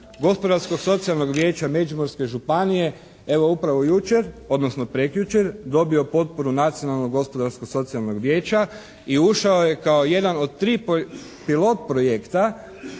Gospodarsko-socijalnog vijeća Međimurske županije evo upravo jučer, odnosno prekjučer dobio potporu Nacionalnog gospodarsko-socijalnog vijeća i ušao je kao jedan od 3 pilot projekta